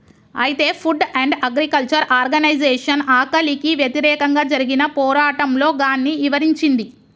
అయితే food and agriculture organisation ఆకలికి వ్యతిరేకంగా జరిగిన పోరాటంలో గాన్ని ఇవరించింది